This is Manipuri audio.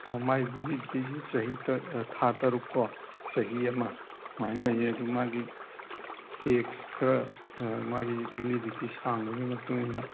ꯃꯥꯒꯤ ꯚꯦꯂꯤꯗꯤꯇꯤꯁꯦ ꯆꯍꯤ ꯇ ꯊꯥ ꯇꯔꯨꯛ ꯀꯣ ꯆꯍꯤ ꯑꯃ ꯑꯗꯨꯃꯥꯏꯅ ꯂꯩꯅꯤ ꯑꯗꯨ ꯃꯥꯒꯤ ꯇꯦꯛꯁ ꯈꯔ ꯃꯥꯒꯤ ꯚꯦꯂꯤꯗꯤꯇꯤ ꯁꯥꯡꯕꯒꯤ ꯃꯇꯨꯡ ꯏꯟꯅ